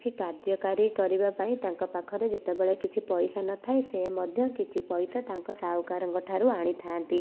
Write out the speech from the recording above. କିଛି କାର୍ଯ୍ୟକାରୀ କରିବା ପାଇଁ ତାଙ୍କ ପାଖରେ ଯେତେବେଳେ କିଛି ପଇସା ନଥାଏ ସେ ମଧ୍ୟ କିଛି ପଇସା ତାଙ୍କ ସାହୁକାରଙ୍କ ଠାରୁ ଆଣିଥାନ୍ତି